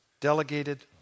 delegated